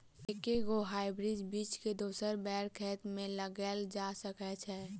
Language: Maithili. एके गो हाइब्रिड बीज केँ दोसर बेर खेत मे लगैल जा सकय छै?